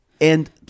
And-